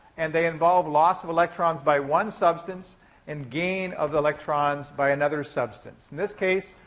and they involve loss of electrons by one substance and gain of electrons by another substance. in this case,